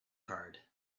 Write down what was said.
card